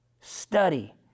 study